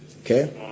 okay